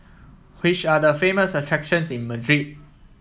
which are the famous attractions in Madrid